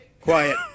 quiet